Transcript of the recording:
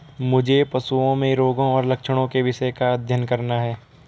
मुझे पशुओं में रोगों और लक्षणों के विषय का अध्ययन करना है